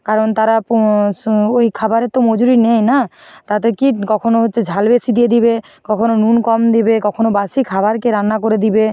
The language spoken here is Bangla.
কারণ তারা ওই খাবারের তো মজুরি নেয় না তাতে কী কখনও হচ্ছে ঝাল বেশি দিয়ে দেবে কখনও নুন কম দেবে কখনও বাসি খাবারকে রান্না করে দেবে